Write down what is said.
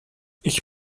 ich